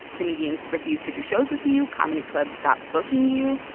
comedians refuse to do shows with you. comedy clubs stop booking you.